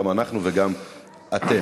גם אנחנו וגם אתם,